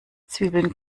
zwiebeln